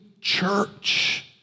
church